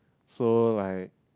so like